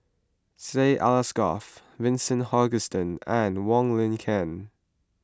Syed Alsagoff Vincent Hoisington and Wong Lin Ken